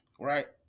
right